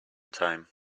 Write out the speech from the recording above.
time